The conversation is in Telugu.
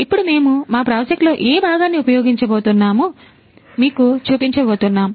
ఇప్పుడు మేము మా ప్రాజెక్ట్లో ఏ భాగాన్ని ఉపయోగించబోతున్నామో మీకు చూపించబోతున్నాం